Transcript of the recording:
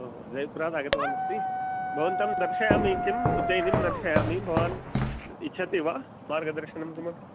अहो जयपुरात् आगतवान् अस्ति भवन्तं दर्शयामि किम् उज्जयिनीं दर्शयामि भवान् इच्छति वा मार्गदर्शनं किमपि